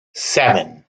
seven